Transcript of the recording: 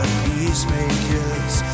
peacemakers